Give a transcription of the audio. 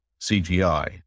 CGI